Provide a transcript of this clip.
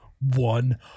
one